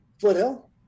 Foothill